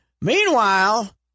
Meanwhile